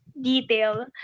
Detail